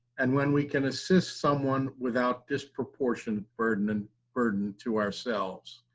and when we can assist someone without disproportionate burden and burden to ourselves.